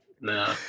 No